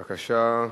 בבקשה.